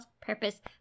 Purpose